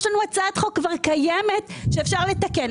יש לנו הצעת חוק כבר קיימת שאפשר לתקן.